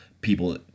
people